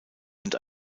und